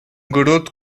garoto